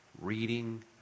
reading